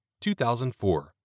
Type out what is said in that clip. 2004